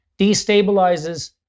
destabilizes